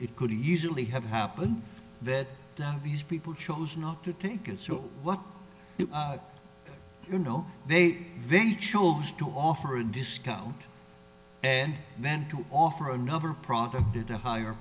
it could easily have happened that these people chose not to take it so what you know they they chose to offer a discount and then to offer another profit at a higher